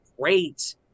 great